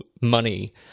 money